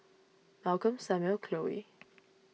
Malcolm Samuel Khloe